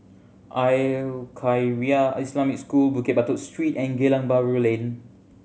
Al Khairiah Islamic School Bukit Batok Street and Geylang Bahru Lane